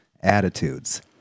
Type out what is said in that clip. attitudes